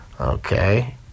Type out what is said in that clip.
okay